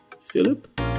Philip